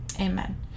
Amen